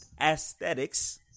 aesthetics